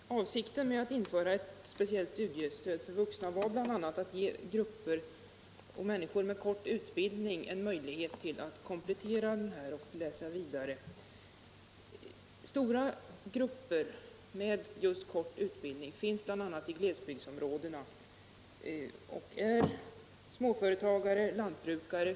Herr talman! Avsikten med att införa ett speciellt studiestöd för vuxna var bl.a. att ge människor med kort utbildning möjlighet att komplettera den och läsa vidare. Stora grupper av småföretagare, lantbrukare och fiskare med kort utbildning finns bl.a. i glesbygdsområdena.